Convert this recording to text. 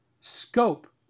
scope